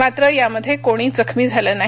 मात्र यामध्ये कोणी जखमी झालं नाही